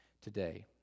today